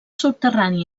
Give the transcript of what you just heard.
subterrani